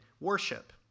worship